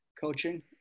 coaching